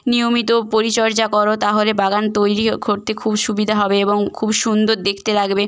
নিয়মিত পরিচর্যা করো তাহলে বাগান তৈরিও করতে খুব সুবিধা হবে এবং খুব সুন্দর দেখতে লাগবে